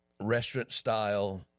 restaurant-style